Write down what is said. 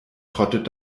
trottet